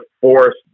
force